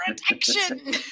protection